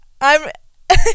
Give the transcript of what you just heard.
I'm-